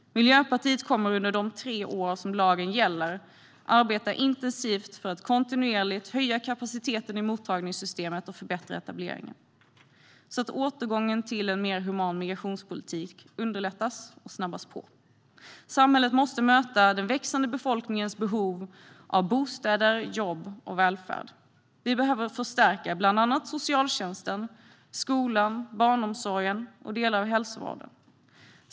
Miljöpartiet kommer under de tre år som lagen gäller att arbeta intensivt för att kontinuerligt höja kapaciteten i mottagningssystemet och förbättra etableringen så att återgången till en mer human migrationspolitik underlättas och snabbas på. Samhället måste möta den växande befolkningens behov av bostäder, jobb och välfärd. Vi behöver förstärka bland annat socialtjänsten, skolan, barnomsorgen och delar av hälsovården.